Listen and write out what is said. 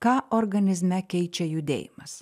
ką organizme keičia judėjimas